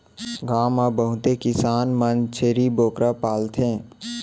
गॉव म बहुते किसान मन छेरी बोकरा पालथें